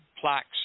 plaques